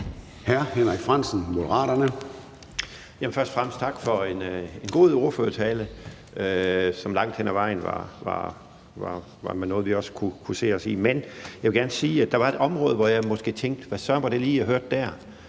hr. Henrik Frandsen, Moderaterne.